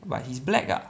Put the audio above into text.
but he's black ah